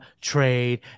Trade